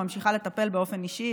ממשיכה לטפל באופן אישי,